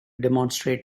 demonstrate